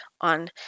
on